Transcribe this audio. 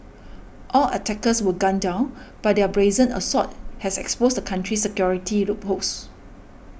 all attackers were gunned down but their brazen assault has exposed the country's security loopholes